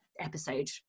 episode